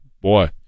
boy